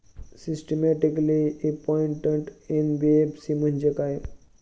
Systematically important NBFC म्हणजे काय?